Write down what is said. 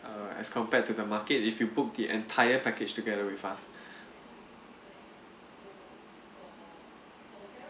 uh as compared to the market if you book the entire package together with us